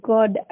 God